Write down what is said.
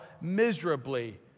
miserably